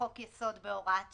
לחוק-יסוד בהוראת שעה.